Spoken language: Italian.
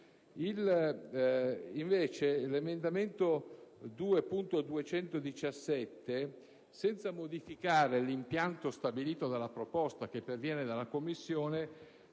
Invece, l'emendamento 2.217, senza modificare l'impianto stabilito dalla proposta che perviene dalla Commissione,